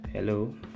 Hello